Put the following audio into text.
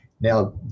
Now